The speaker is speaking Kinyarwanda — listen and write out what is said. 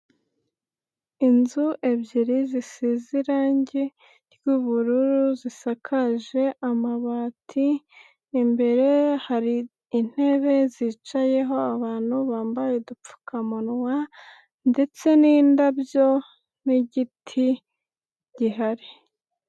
Inzu ebyiri zisize irangi ry'ubururu, zisakaje amabati, imbere hari intebe zicayeho abantu bambaye udupfukamunwa ndetse n'indabyo n'igiti, gihari.